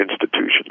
institutions